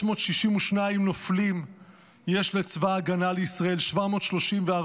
662 נופלים יש לצבא ההגנה לישראל, 734,